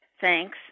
Thanks